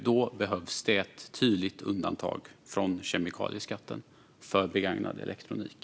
Då behövs det ett tydligt undantag från kemikalieskatten för begagnad elektronik.